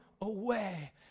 away